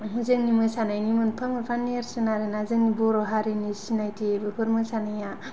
जोंनि मोसानायनि मोनफा मोनफा नेरसोन आरो ना जोंनि बर' हारिनि सिनायथि बेफोर मोसानाया